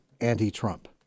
anti-Trump